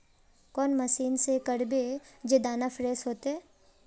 कौन मशीन से करबे जे दाना फ्रेस होते?